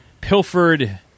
pilfered